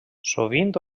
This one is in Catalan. sovint